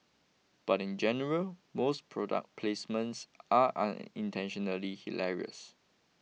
but in general most product placements are unintentionally hilarious